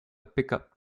pickup